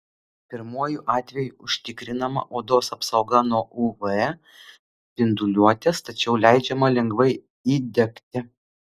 pirmuoju atveju užtikrinama odos apsauga nuo uv spinduliuotės tačiau leidžiama lengvai įdegti